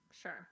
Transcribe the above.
sure